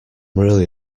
really